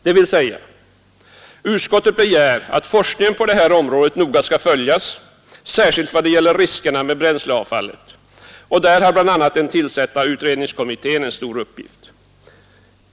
Det vill säga att utskottet begär att forskningen på detta område noga skall följas, särskilt vad det gäller riskerna med bränsleavfallet. Där har bl.a. den tillsatta utredningskommittén en stor uppgift.